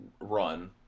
run